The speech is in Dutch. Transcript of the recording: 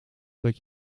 dat